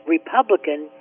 Republican